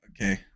Okay